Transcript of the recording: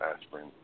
Aspirin